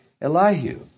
Elihu